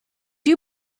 you